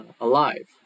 alive